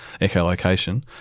echolocation